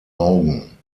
augen